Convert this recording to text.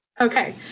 Okay